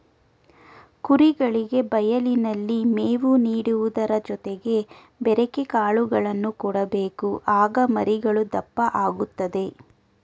ಕುರಿಗಳಿಗೆ ಬಯಲಿನಲ್ಲಿ ಮೇವು ನೀಡುವುದರ ಜೊತೆಗೆ ಬೆರೆಕೆ ಕಾಳುಗಳನ್ನು ಕೊಡಬೇಕು ಆಗ ಮರಿಗಳು ದಪ್ಪ ಆಗುತ್ತದೆ